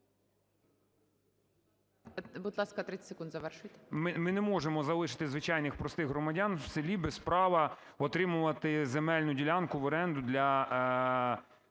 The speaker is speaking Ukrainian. Будь ласка, 30 секунд, завершуйте.